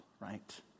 right